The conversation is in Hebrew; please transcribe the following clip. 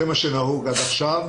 זה מה שנהוג עד עכשיו.